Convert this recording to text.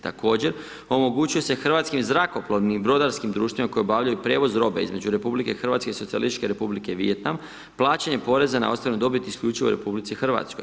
Također, omogućuje se hrvatskim zrakoplovnim i brodarskim društvima koje obavljaju prijevoz robe između RH i Socijalističke Republike Vijetnam plaćanje poreza na ostvarenu dobiti isključivo RH.